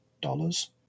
dollars